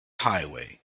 highway